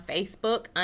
Facebook